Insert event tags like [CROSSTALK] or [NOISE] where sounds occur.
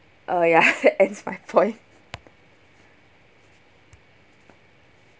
oh ya [LAUGHS] that ends my point